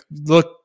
look